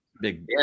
Big